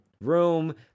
room